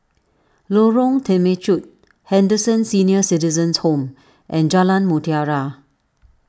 Lorong Temechut Henderson Senior Citizens' Home and Jalan Mutiara